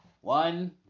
one